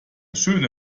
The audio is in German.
schöne